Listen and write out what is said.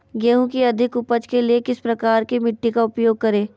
गेंहू की अधिक उपज के लिए किस प्रकार की मिट्टी का उपयोग करे?